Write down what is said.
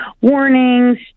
warnings